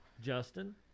Justin